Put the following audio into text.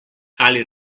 ali